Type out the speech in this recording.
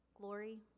glory